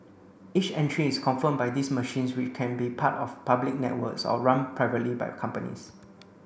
each entry is confirmed by these machines which can be part of public networks or run privately by companies